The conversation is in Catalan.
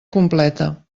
completa